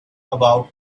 about